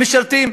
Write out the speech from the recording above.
משרתים.